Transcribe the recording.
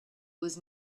was